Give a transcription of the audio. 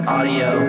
Audio